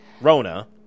Rona